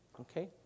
okay